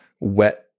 wet